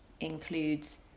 includes